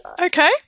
Okay